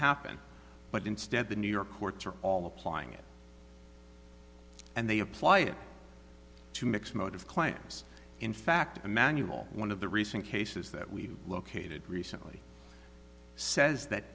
happen but instead the new york courts are all applying it and they apply it to mixed motives claims in fact a manual one of the recent cases that we've located recently says that